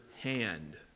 hand